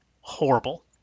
horrible